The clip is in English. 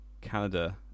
Canada